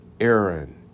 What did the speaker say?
Aaron